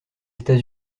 états